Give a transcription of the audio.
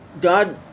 God